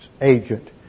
agent